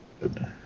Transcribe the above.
good